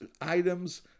items